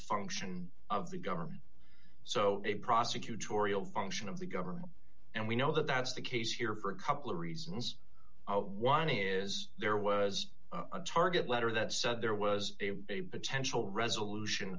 function of the government so a prosecutorial function of the government and we know that that's the case here for a couple of reasons one is there was a target letter that said there was a potential resolution